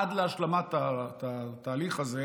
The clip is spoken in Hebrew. עד להשלמת התהליך הזה,